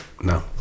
No